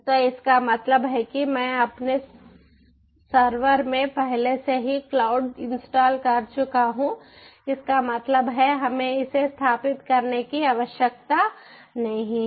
तो इसका मतलब है कि मैं अपने सर्वर में पहले से ही क्लाउड इंस्टॉल कर चुका हूं इसका मतलब है हमें इसे स्थापित करने की आवश्यकता नहीं है